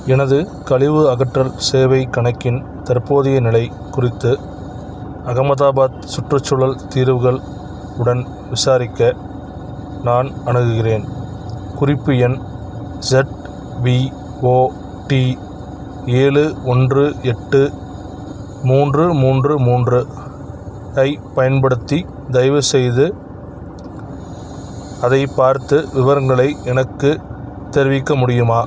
எனது கழிவு அகற்றல் சேவைக் கணக்கின் தற்போதைய நிலை குறித்து அகமதாபாத் சுற்றுச்சூழல் தீர்வுகள் உடன் விசாரிக்க நான் அணுகுகிறேன் குறிப்பு எண் இஜெட்விஓடி ஏழு ஒன்று எட்டு மூன்று மூன்று மூன்று ஐப் பயன்படுத்தி தயவுசெய்து அதைப் பார்த்து விவரங்களை எனக்குத் தெரிவிக்க முடியுமா